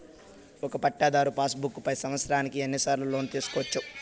ఒక పట్టాధారు pass book పై సంవత్సరానికి ఎన్ని సార్లు లోను తీసుకోవచ్చు?